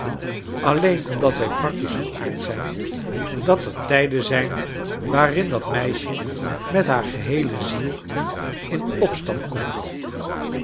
alleen omdat wij practisch van aard zijn dat er trjden zijn waarin dat meisje met haar geheele ziel in opstand komt